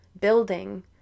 building